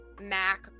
mac